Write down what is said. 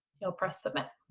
you'll press submit.